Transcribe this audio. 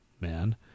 Man